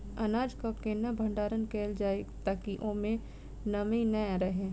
अनाज केँ केना भण्डारण कैल जाए ताकि ओई मै नमी नै रहै?